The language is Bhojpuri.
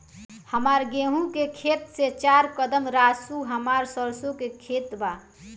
हमार गेहू के खेत से चार कदम रासु हमार सरसों के खेत बा